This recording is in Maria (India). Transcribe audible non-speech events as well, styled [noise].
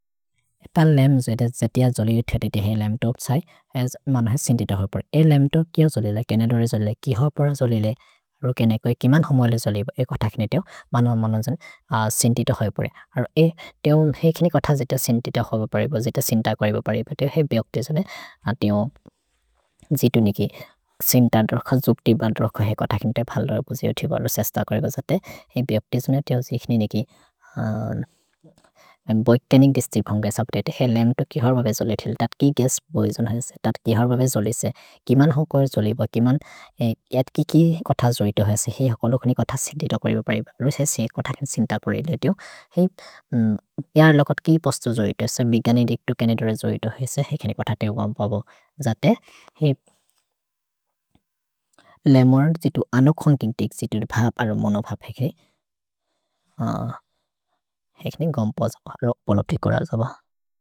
एत लेम् जेते जतेअ जोलि उ थीते हेइ लेम् तोक् छै अस् मनहे सिन्तित होइ प्रए। ए लेम् तोक् किअ जोलिले, केनेदो रे जोलिले, कि होइ प्रए जोलिले, रुकेने कोइ किमन् होमोले जोलिले ए कोथक्ने तेओ, मनहे मनहेन् सिन्तित होइ प्रए। अर् ए तेओ हेकिने कोथ जित सिन्तित होइ प्रए, जित सिन्त करि ब प्रए, तेओ हे बेओप्तेसुने। अ तेओ जितु निकि सिन्तत् रोख, जुप्ति बन्त् रोख हेइ कोथक्ने तेओ, फल्द होइ पुसेओ तेओ, तेओ सेस्त करि ब सते, हे बेओप्तेसुने। अ तेओ हेकिने निकि बेओकेनिक् दिस्तिल् भन्ग सप्तेते, हेइ लेम् तोक् किअ हर् बबे जोलिले थेओ, तत् कि गस्प् बोइजोन् हजसे, तत् किअ हर् बबे जोलिले से, किमन् होकोरे जोलिले ब, किमन् किअद् कि कि कोथ जोलितो हजसे, हेइ होकोलो कनि कोथ सिन्तित करि ब प्रए, रुकेसे से कोथक्ने सिन्त करि ब प्रए तेओ, हेइ अर् लोकत् कि पोस्तो जोलितो हजसे, मिगनि जितु केनेदो रे जोलितो हजसे, हेकिने कोथते होइ गम्पबो। जते हेइ लेमोन् [hesitation] जितु अनोखोन् किन्तिक् जितु भप् अरो मनह् भपे के, [hesitation] हेकिने गम्पबो। रुक् बोलो त्रिक् को रह जब।